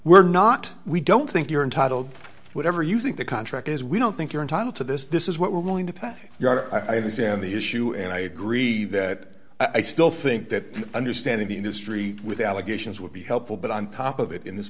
we're not we don't think you're entitled to whatever you think the contract is we don't think you're entitled to this this is what we're going to pay you are i have to stand the issue and i agree that i still think that understanding the industry with allegations would be helpful but on top of it in this